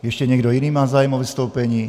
Ještě někdo jiný má zájem o vystoupení?